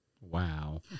Wow